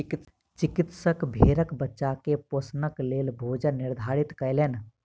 चिकित्सक भेड़क बच्चा के पोषणक लेल भोजन निर्धारित कयलैन